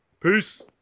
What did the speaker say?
Peace